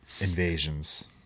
invasions